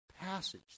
passage